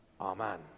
Amen